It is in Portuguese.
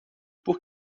por